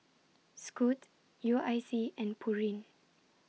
Scoot U I C and Pureen